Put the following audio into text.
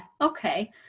okay